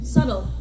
Subtle